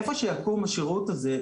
איפה שיקום השירות הזה,